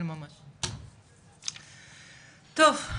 טוב,